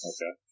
Okay